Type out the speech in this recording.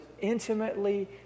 intimately